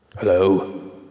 Hello